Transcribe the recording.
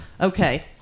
Okay